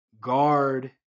guard